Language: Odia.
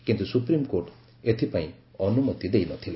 କିନ୍ତୁ ସୁପ୍ରିମକୋର୍ଟ ଏଥିପାଇଁ ଅନୁମତି ଦେଇନଥିଲେ